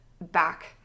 back